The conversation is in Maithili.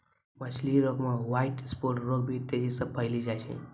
मछली रोग मे ह्वाइट स्फोट रोग भी तेजी से फैली जाय छै